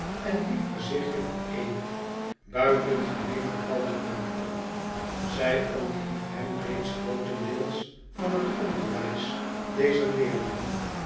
en lief gezichtje vereenigd buitengemeen bevallig maakte zij onthief hem reeds grootendeels van het onderwijs dezer leerlingen